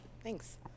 Thanks